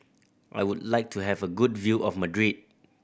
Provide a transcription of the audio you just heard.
I would like to have a good view of Madrid